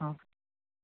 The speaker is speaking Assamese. অ